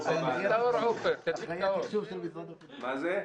אה, כן.